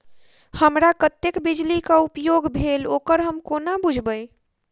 हमरा कत्तेक बिजली कऽ उपयोग भेल ओकर हम कोना बुझबै?